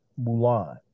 Mulan